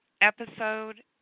episode